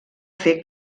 fer